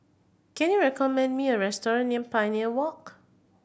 can you recommend me a restaurant near Pioneer Walk